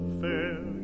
fair